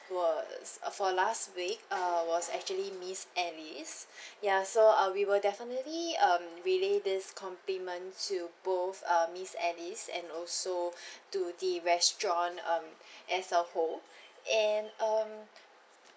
was uh for last week uh was actually miss alice ya so uh we will definitely um relay this compliment to both uh miss alice and also to the restaurant um as a whole and um